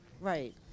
right